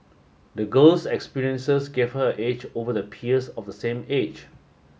the girl's experiences gave her edge over the peers of the same age